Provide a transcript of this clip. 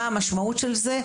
מה המשמעות של זה?